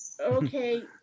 okay